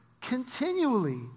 continually